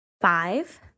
five